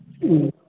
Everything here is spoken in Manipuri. ꯎꯝ